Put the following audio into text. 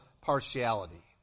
partiality